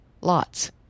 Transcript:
lots